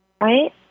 right